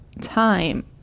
time